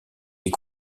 est